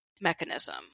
mechanism